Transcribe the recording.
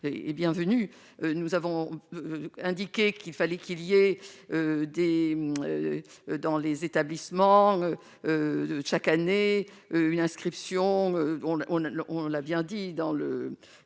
nous avons indiqué qu'il fallait qu'il y ait des dans les établissements, chaque année, une inscription : bon, on a, on l'a bien dit dans le